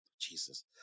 Jesus